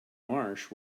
marsh